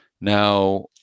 Now